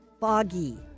foggy